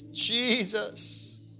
Jesus